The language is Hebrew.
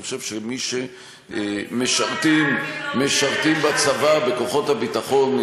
אני חושב שמי שמשרתים, הייצוג של הערבים לא בסדר,